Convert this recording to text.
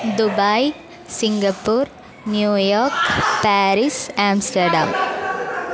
Dubai Singapore New York Paris Amsterdam